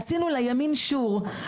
עשינו לימין שור.